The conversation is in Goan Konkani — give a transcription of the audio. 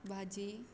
भाजी